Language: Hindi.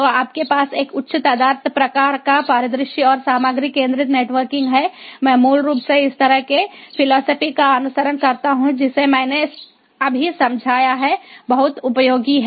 तो आपके पास एक उच्च तदर्थ प्रकार का परिदृश्य और सामग्री केंद्रित नेटवर्किंग है मैं मूल रूप से इस तरह के फिलासफी का अनुसरण करता हूं जिसे मैंने अभी समझाया है बहुत उपयोगी है